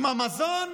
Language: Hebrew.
עם המזון,